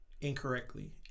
incorrectly